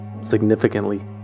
significantly